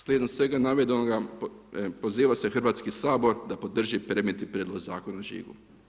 Slijedom svega navedenoga poziva se Hrvatski sabor da podržati predmetni Prijedlog zakona o žigu.